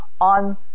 on